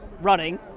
running